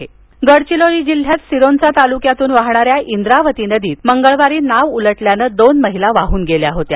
बोट दुर्घटना गडचिरोली जिल्ह्यात सिरोंचा तालुक्यातून वाहणाऱ्या इंद्रावती नदीत मंगळवारी नाव उलटल्यानं दोन महिला वाहून गेल्या होत्या